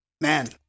man